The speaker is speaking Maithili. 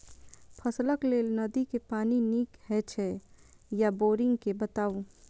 फसलक लेल नदी के पानी नीक हे छै या बोरिंग के बताऊ?